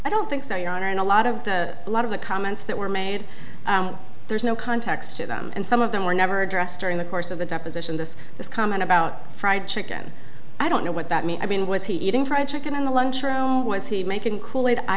i don't think so your honor and a lot of the a lot of the comments that were made there's no context to them and some of them were never addressed during the course of the deposition this this comment about fried chicken i don't know what that mean i mean was he eating fried chicken in the lunchroom was he making kool aid i